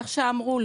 ואיך שאמרו,